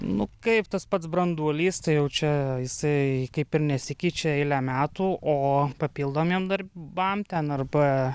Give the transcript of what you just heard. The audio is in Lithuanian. nu kaip tas pats branduolys tai jau čia jisai kaip ir nesikeičia eilę metų o papildomiem darbam ten arba